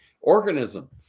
organism